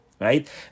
right